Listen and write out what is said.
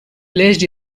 placed